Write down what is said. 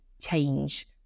change